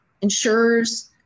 insurers